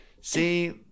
See